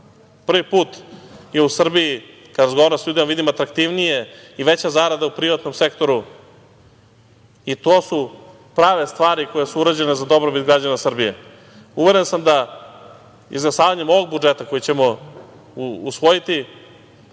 Prvi put je u Srbiji, kada razgovaram sa ljudima, vidim atraktivnije i veća zarada u privatnom sektoru i to su prave stvari koje su urađene za dobrobit građana Srbije. Uveren sam da izglasavanjem ovog budžeta koji ćemo usvojiti,